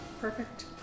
Perfect